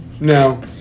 No